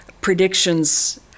predictions